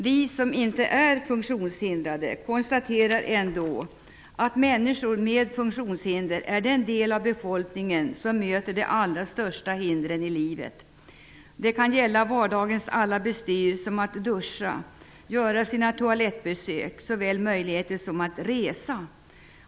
Vi som inte är funktionshindrade, konstaterar ändå att människor med funktionshinder är den del av befolkningen som möter de allra största hindren i livet. Det kan gälla vardagens alla bestyr som att duscha och att göra sina toalettbesök. Det kan också gälla möjligheterna att resa.